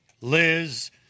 liz